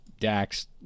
dax